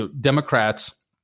Democrats